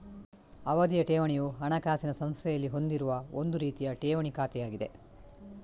ಅವಧಿಯ ಠೇವಣಿಯು ಹಣಕಾಸಿನ ಸಂಸ್ಥೆಯಲ್ಲಿ ಹೊಂದಿರುವ ಒಂದು ರೀತಿಯ ಠೇವಣಿ ಖಾತೆಯಾಗಿದೆ